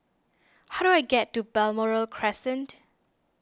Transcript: how do I get to Balmoral Crescent